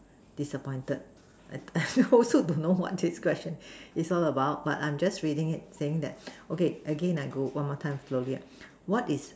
disappointed I don't I also don't know what this question is all about but I'm just reading it saying that okay again I go I say one more time slowly ah what is